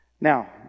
Now